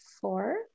four